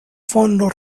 fondo